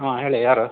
ಹಾಂ ಹೇಳಿ ಯಾರು